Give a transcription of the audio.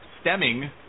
stemming